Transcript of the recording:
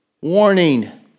Warning